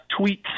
tweets